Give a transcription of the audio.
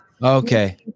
Okay